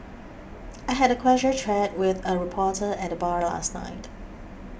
I had a casual chat with a reporter at the bar last night